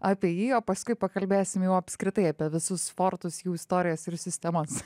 apie jį o paskui pakalbėsim jau apskritai apie visus fortus jų istorijas ir sistemas